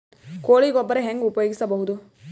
ಕೊಳಿ ಗೊಬ್ಬರ ಹೆಂಗ್ ಉಪಯೋಗಸಬಹುದು?